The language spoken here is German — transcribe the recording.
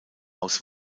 aus